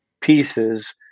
pieces